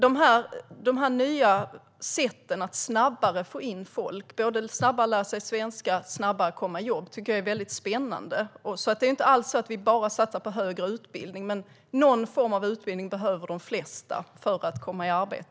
Dessa nya sätt att hjälpa folk så att de både lär sig svenska snabbare och kommer i jobb snabbare tycker jag är väldigt spännande. Det är inte alls så att vi bara satsar på högre utbildning, men någon form av utbildning behöver de flesta för att komma i arbete.